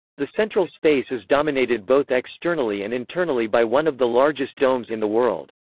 the central space is dominated both externally and internally by one of the largest domes in the world.